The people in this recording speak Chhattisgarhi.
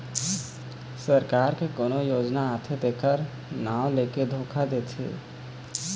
सरकार के कोनो योजना आथे तेखर नांव लेके धोखा देथे